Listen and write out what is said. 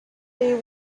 you